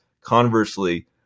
Conversely